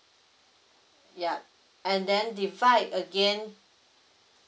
ya and then divide again